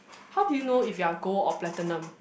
how do you know if you are gold or platinum